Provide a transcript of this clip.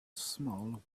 small